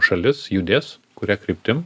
šalis judės kuria kryptim